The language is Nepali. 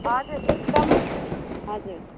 हजुर एकदमै हजुर